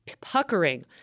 puckering